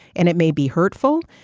and it may be hurtful,